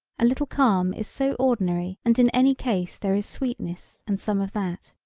a little calm is so ordinary and in any case there is sweetness and some of that.